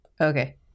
Okay